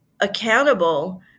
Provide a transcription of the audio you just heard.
accountable